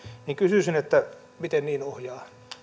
miten niin ohjaa